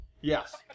Yes